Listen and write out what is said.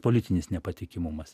politinis nepatikimumas